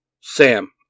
Sam